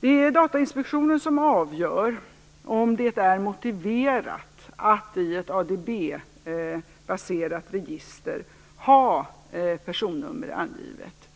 Det är Datainspektionen som avgör om det är motiverat att i ett ADB-baserat register ha personnummer angivet.